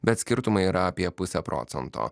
bet skirtumai yra apie pusę procento